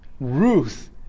Ruth